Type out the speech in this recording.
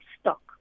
stock